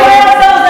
לא יעזור.